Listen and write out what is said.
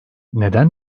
neden